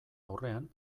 aurrean